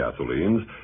gasolines